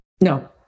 no